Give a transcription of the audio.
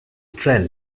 trend